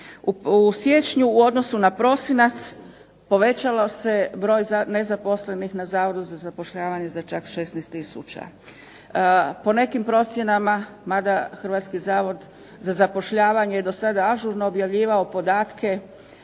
U siječnju u odnosu na prosinac povećalo se broj nezaposlenih na Zavodu za zapošljavanje za čak 16 tisuća. Po nekim procjenama, mada Hrvatski zavod za zapošljavanje do sada ažurno objavljivao podatke